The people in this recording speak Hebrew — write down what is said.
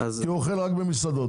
אוכל במסעדות.